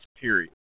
period